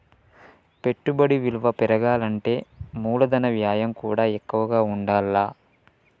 పెట్టుబడి విలువ పెరగాలంటే మూలధన వ్యయం కూడా ఎక్కువగా ఉండాల్ల